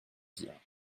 dihun